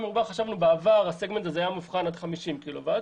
בעבר הסגמנט הזה היה מובחן עד 50 קילוואט